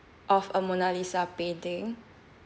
of a mona lisa painting